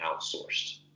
outsourced